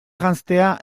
janztea